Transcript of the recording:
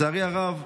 לצערי הרב,